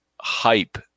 hype